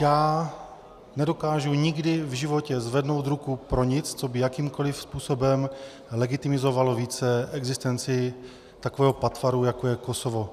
Já nedokážu nikdy v životě zvednout ruku pro nic, co by jakýmkoli způsobem legitimizovalo více existenci takového patvaru, jako je Kosovo.